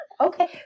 Okay